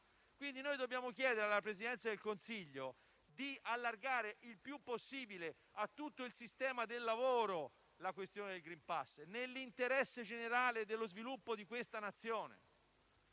Paese. Noi dobbiamo chiedere alla Presidenza del Consiglio di allargare il più possibile a tutto il sistema del lavoro il *green pass*, nell'interesse generale dello sviluppo di questa Nazione.